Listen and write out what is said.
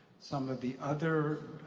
some of the other